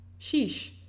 Sheesh